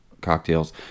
cocktails